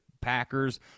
Packers